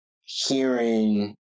hearing